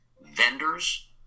Vendors